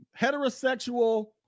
heterosexual